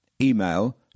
Email